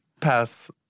pass